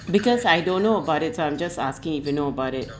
because I don't know about it so I'm just asking if you know about it